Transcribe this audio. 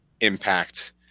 impact